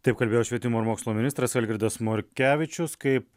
taip kalbėjo švietimo ir mokslo ministras algirdas morkevičius kaip